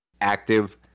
active